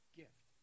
gift